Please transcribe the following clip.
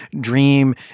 Dream